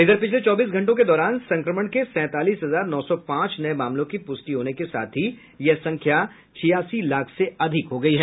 इधर पिछले चौबीस घंटों के दौरान संक्रमण के सैंतालीस हजार नौ सौ पांच नये मामलों की पुष्टि होने के साथ ही यह संख्या छियासी लाख से अधिक हो गई है